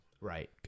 Right